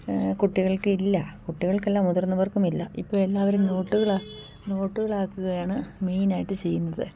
കുട്ടികൾക്ക് ഇല്ല കുട്ടികൾക്കല്ലാ മുതിർന്നവർക്കും ഇല്ല ഇപ്പം എല്ലാവരും നോട്ടുകളാണ് നോട്ടുകളാക്കുകയാണ് മെയിനായിട്ട് ചെയ്യുന്നത്